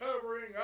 covering